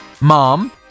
mom